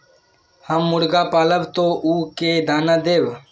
हम मुर्गा पालव तो उ के दाना देव?